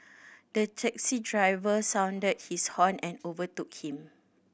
the taxi driver sounded his horn and overtook him